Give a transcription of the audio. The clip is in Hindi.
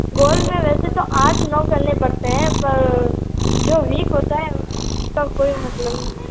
गोल में वैसे तो आठ नौ करने पड़ते हैं पर जो वीक होता है उनका कोई मतलब नहीं होता है